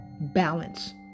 balance